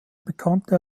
bekannte